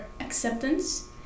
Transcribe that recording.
acceptance